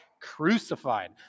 crucified